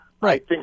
Right